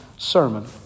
sermon